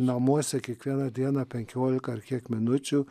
namuose kiekvieną dieną penkiolika ar kiek minučių